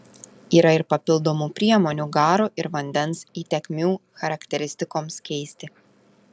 yra ir papildomų priemonių garo ir vandens įtekmių charakteristikoms keisti